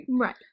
Right